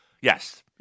yes